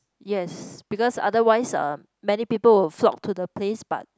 yes because otherwise many people will flock to the place but